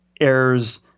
errors